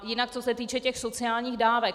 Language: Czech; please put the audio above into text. Jinak co se týče těch sociálních dávek.